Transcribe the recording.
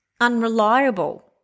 unreliable